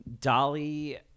Dolly